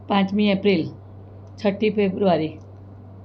પાંચમી એપ્રિલ છઠ્ઠી ફેબ્રુઆરી